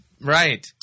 Right